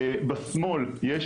בשמאל יש,